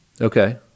Okay